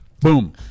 Boom